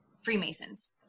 Freemasons